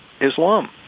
Islam